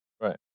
Right